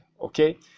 okay